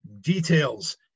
details